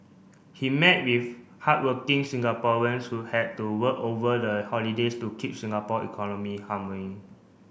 he met with hardworking Singaporeans who had to work over the holidays to keep Singapore economy humming